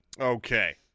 Okay